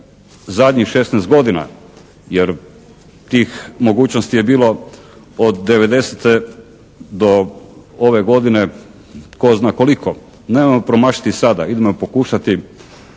zadnjih 16 godina, jer tih mogućnosti je bilo od '90. do ove godine tko zna koliko. Nemojmo promašiti i sada. Idemo pokušati